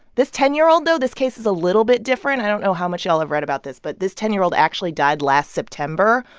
this ten year old, though this case is a little bit different. i don't know how much y'all have read about this. but this ten year old actually died last september.